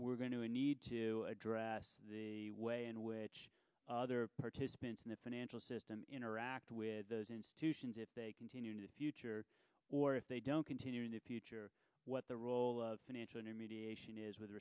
we're going to need to address the way in which other participants in the financial system interact with those institutions if they continue to future or if they don't continue in the future what the role of financial intermediation is with